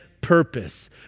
purpose